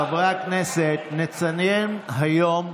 כבר אלפיים שנה עברו